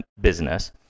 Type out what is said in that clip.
business